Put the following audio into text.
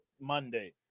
monday